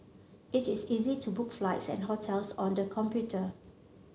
it is easy to book flights and hotels on the computer